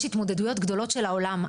יש התמודדויות גדולות של העולם.